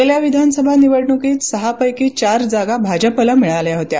गेल्या विधानसभा निवडणुकीत सहा पैकी चार जागा भाजपाला मिळाल्या होत्या